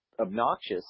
obnoxious